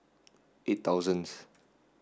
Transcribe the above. eight thousandth